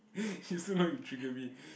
you also know you trigger me